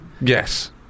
yes